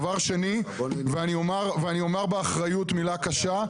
דבר שני, ואני אומר באחריות מילה קשה.